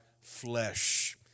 flesh